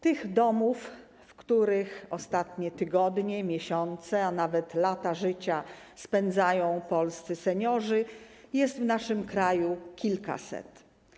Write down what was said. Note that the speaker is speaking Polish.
Tych domów, w których ostatnie tygodnie, miesiące, a nawet lata życia spędzają polscy seniorzy, jest w naszym kraju kilkaset.